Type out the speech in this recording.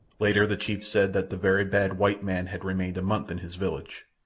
later the chief said that the very bad white man had remained a month in his village.